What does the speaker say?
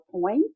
point